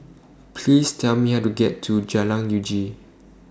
Please Tell Me How to get to Jalan Uji